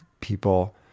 people